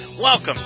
welcome